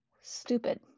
stupid